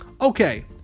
Okay